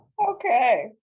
Okay